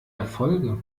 erfolge